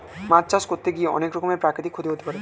মাছ চাষ করতে গিয়ে অনেক রকমের প্রাকৃতিক ক্ষতি হতে পারে